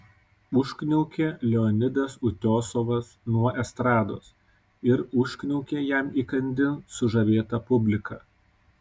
užkniaukė leonidas utiosovas nuo estrados ir užkniaukė jam įkandin sužavėta publika